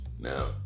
Now